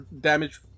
damage